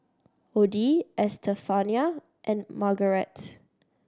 Odie Estefania and Margarette